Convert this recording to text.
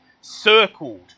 circled